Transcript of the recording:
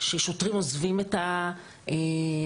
ששוטרים עוזבים את השירות,